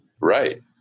Right